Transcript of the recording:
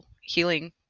Healing